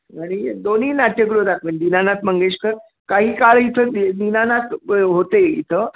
आणि दोन्ही नाट्यगृह दाखवेन दिनानाथ मंगेशकर काही काळ इथं दि दिनानाथ होते इथं